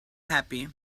happy